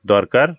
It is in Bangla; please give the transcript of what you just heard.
দরকার